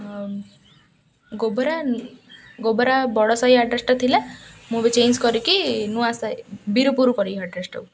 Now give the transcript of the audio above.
ଗୋବରା ଗୋବରା ବଡ଼ ସାହି ଆଡ୍ରେସ୍ଟା ଥିଲା ମୁଁ ବି ଚେଞ୍ଜ୍ କରିକି ନୂଆ ବିରପୁର କରିବି ଆଡ଼୍ରେସ୍ଟାକୁ